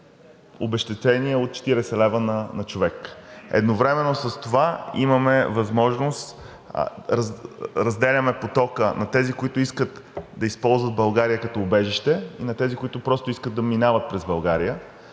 обезщетение от 40 лв. на човек. Едновременно с това имаме възможност – разделяме потока на тези, които искат да използват България като убежище, и на тези, които просто искат да минат през България.